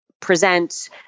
present